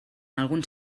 alguns